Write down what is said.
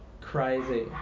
Crazy